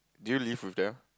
did you live with them